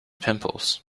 pimples